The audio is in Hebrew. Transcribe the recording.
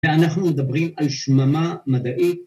‫ואנחנו מדברים על שממה מדעית.